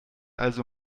also